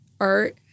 art